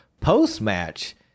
Post-match